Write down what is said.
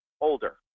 older